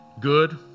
good